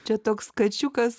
čia toks kačiukas